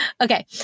Okay